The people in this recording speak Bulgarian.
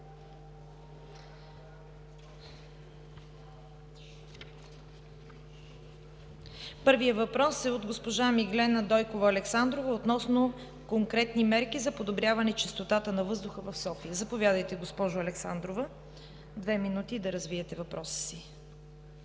Първият въпрос е от госпожа Миглена Дойкова Александрова относно конкретни мерки за подобряване чистотата на въздуха в София. Заповядайте, госпожо Александрова – две минути да развиете въпроса си.